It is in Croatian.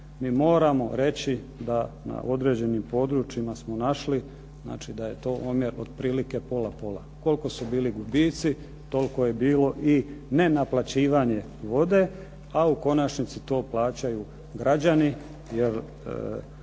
MI moramo reći da na određenim područjima smo našli znači da je to omjer otprilike pola-pola, koliko su bili gubici toliko je bilo i nenaplaćivanje vode a u konačnici to plaćaju građani, jer